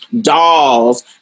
dolls